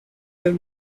their